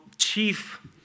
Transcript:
chief